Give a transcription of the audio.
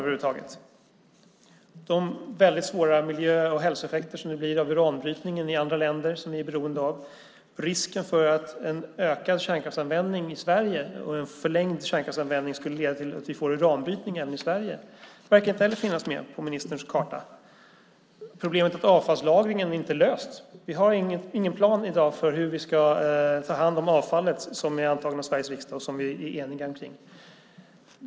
När det gäller de väldigt svåra miljö och hälsoeffekter som det blir vid uranbrytningen i andra länder som vi är beroende av finns det en risk att en ökad och förlängd kärnkraftsanvändning i Sverige skulle leda till att vi får uranbrytning även i Sverige. Det verkar heller inte finnas med på ministerns karta. Problemet med avfallslagringen är inte löst. Det finns i dag ingen plan som har antagits av Sveriges riksdag och som vi är eniga om för hur vi ska ta hand om avfallet.